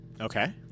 Okay